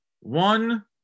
one